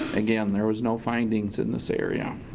again, there was no findings in this area.